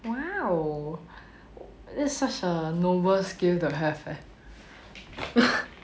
!wow! that's such a noble skill to have eh